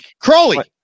Crowley